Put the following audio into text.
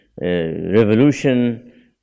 revolution